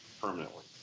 permanently